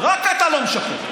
רק אתה לא משקר,